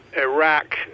Iraq